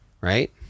Right